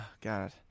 God